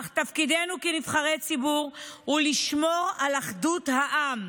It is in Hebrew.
אך תפקידנו כנבחרי ציבור הוא לשמור על אחדות העם.